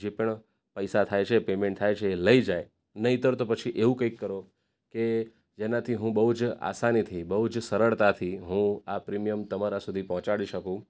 જે પણ પૈસા થાય છે પેમેન્ટ થાય છે એ લઈ જાય નહીંતર તો પછી એવું કંઈક કરો કે જેનાથી હું બહુ જ આસાનીથી બહુ જ સરળતાથી હું આ પ્રીમિયમ તમારા સુધી પહોંચાડી શકું